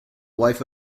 wife